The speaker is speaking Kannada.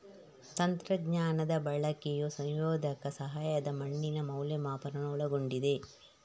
ತಂತ್ರಜ್ಞಾನದ ಬಳಕೆಯು ಸಂವೇದಕ ಸಹಾಯದ ಮಣ್ಣಿನ ಮೌಲ್ಯಮಾಪನವನ್ನು ಒಳಗೊಂಡಿದೆ